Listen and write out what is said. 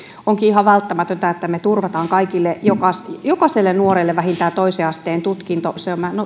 onkin ihan välttämätöntä että me turvaamme kaikille jokaiselle nuorelle vähintään toisen asteen tutkinto